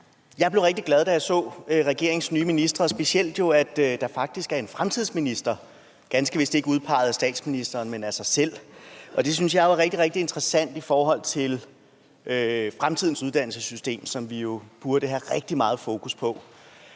Jeg blev rigtig glad, da jeg så regeringens ministre, og jo specielt over, at der faktisk er en fremtidsminister, som ganske vist ikke er udpeget af statsministeren, men af sig selv, og det synes jeg jo er rigtig, rigtig interessant i forhold til fremtidens uddannelsessystem, som vi burde have rigtig meget fokus på.